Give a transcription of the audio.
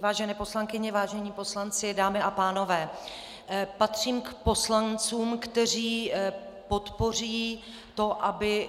Vážené poslankyně, vážení poslanci, dámy a pánové, patřím k poslancům, kteří podpoří to, aby